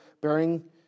bearing